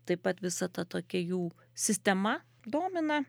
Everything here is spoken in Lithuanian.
taip pat visa ta tokia jų sistema domina